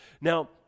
Now